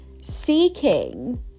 seeking